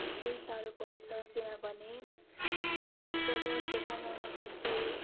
निकै साह्रो पर्छ किनभने जब त्यो कमाउने मान्छे